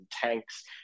tanks